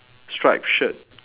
striped shirt